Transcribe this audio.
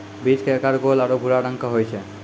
बीज के आकार गोल आरो भूरा रंग के होय छै